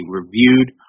reviewed